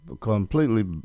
completely